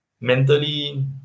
mentally